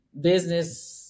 business